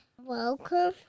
welcome